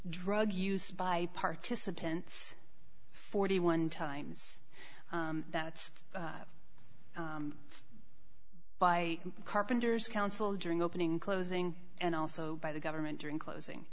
drug used by participants forty one times that's by carpenter's counsel during opening closing and also by the government during closing